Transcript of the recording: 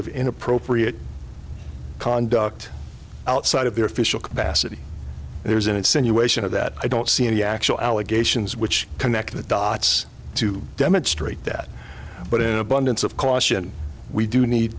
of inappropriate conduct outside of their official capacity there's an insinuation of that i don't see any actual allegations which connect the dots to demonstrate that but in an abundance of caution we do need